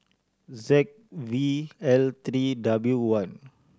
Z V L three W one